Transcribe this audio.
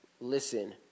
listen